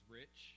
rich